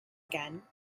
again